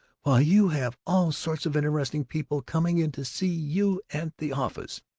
while you have all sorts of interesting people coming in to see you at the office.